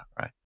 right